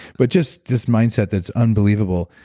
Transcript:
but, just just mindset that's unbelievable.